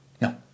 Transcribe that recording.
No